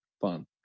fun